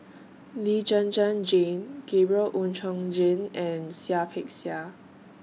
Lee Zhen Zhen Jane Gabriel Oon Chong Jin and Seah Peck Seah